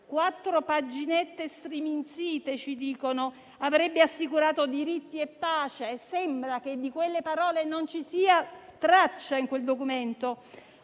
(quattro paginette striminzite, ci dicono), avrebbe assicurato diritti e pace? Sembra che di quelle parole non ci sia traccia in quel documento: